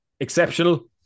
exceptional